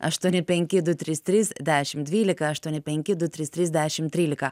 aštuoni penki du trys trys dešim dvylika aštuoni penki du trys trys dešim trylika